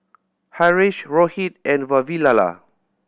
Haresh Rohit and Vavilala